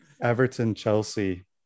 Everton-Chelsea